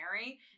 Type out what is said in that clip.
Mary